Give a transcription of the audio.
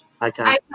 Okay